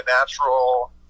natural